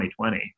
2020